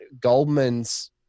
Goldman's